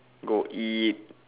go eat